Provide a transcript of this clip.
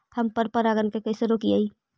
हम पर परागण के कैसे रोकिअई?